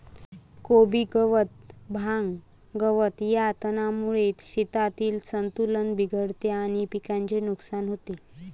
कोबी गवत, भांग, गवत या तणांमुळे शेतातील संतुलन बिघडते आणि पिकाचे नुकसान होते